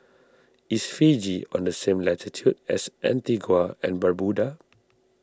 is Fiji on the same latitude as Antigua and Barbuda